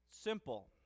Simple